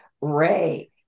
Ray